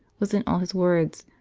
was in all his words,